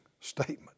statement